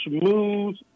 smooth